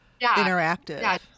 interactive